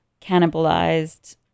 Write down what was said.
cannibalized